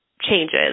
changes